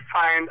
find